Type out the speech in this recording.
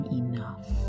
enough